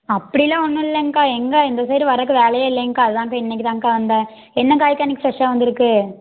அப்படிலாம் ஒன்றும் இல்லைங்க்கா எங்கே இந்த சைடு வர்றதுக்கு வேலையே இல்லைங்க்கா அதாங்க்கா இன்னைக்குத்தான் வந்தேன் என்ன காய்க்கா இன்னைக்கு ஃபிரெஷ்ஷாக வந்திருக்கு